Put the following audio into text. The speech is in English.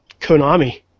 Konami